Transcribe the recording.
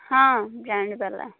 ହଁ ବ୍ରାଣ୍ଡ୍ ବାଲା